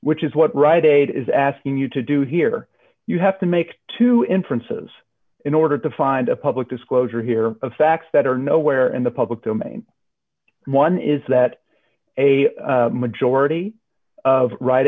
which is what rite aid is asking you to do here you have to make two inferences in order to find a public disclosure here of facts that are nowhere in the public domain one is that a majority of ri